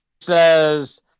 says